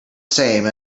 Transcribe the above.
same